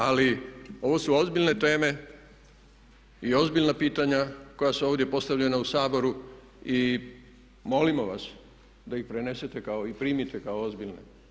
Ali ovo su ozbiljne teme i ozbiljna pitanja koja su ovdje postavljena u Saboru i molimo vas da ih prenesete i primite kao ozbiljne.